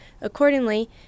Accordingly